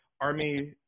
Army